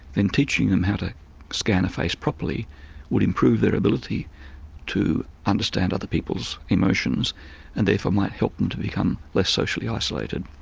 then teaching them how to scan a face properly would improve their ability to understand other people's emotions and therefore might help them to become less socially isolated.